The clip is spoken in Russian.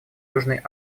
южной